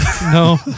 no